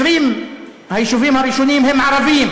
20 היישובים הראשונים הם ערביים.